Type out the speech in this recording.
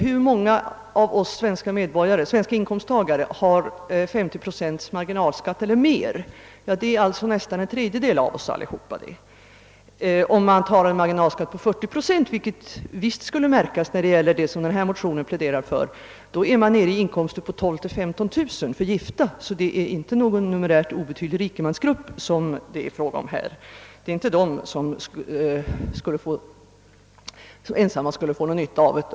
Hur många av oss svenska inkomsttagare har 50 procent eller mer i marginalskatt? Det är nästan en tredjedel av oss. Om man tar en marginalskatt på 40 procent, vilket verkligen skulle märkas när det gäller det som denna motion pläderar för, är vi nere i inkomster på 12 000—15 000 kronor för gifta. Det är alltså inte någon numerärt obetydlig rikemansgrupp det är fråga om.